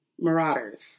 Marauders